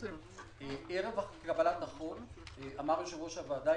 ערב קבלת החוק אמר יושב-ראש הוועדה,